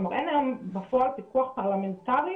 כלומר אין היום בפועל פיקוח פרלמנטרי